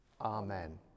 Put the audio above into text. Amen